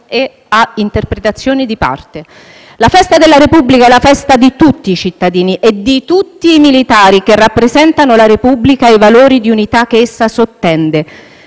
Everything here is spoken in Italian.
e interpretazioni di parte. La festa della Repubblica è la festa di tutti i cittadini e di tutti i militari che rappresentano la Repubblica e i valori di unità che essa sottende.